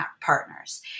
partners